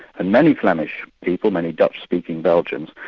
and many flemish people, many dutch-speaking belgians,